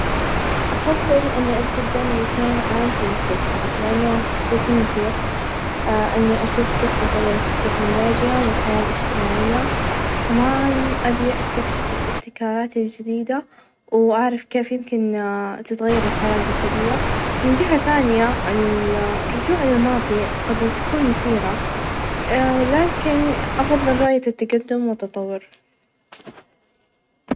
أفظل إني أتقدم مئتين عام في المستقبل، لإنه سيكون مثير إني أشوف كيف تطورت التكنولوجيا ،والحياة الإجتماعية، كمان أبي استكشف الإبتكارات الجديدة، وأعرف كيف يمكن تتغير الحياة البشرية ،من جهة ثانية -ال- الرجوع للماظي قد -يك- تكون مثيرة لكن أفظل رؤية التقدم، والتطور.